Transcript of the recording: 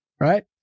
right